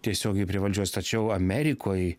tiesiogiai prie valdžios tačiau amerikoj